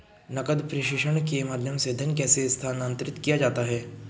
नकद प्रेषण के माध्यम से धन कैसे स्थानांतरित किया जाता है?